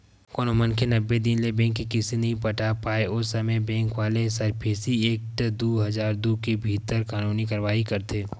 कोनो मनखे नब्बे दिन ले बेंक के किस्ती नइ पटा पाय ओ समे बेंक वाले सरफेसी एक्ट दू हजार दू के भीतर कानूनी कारवाही करथे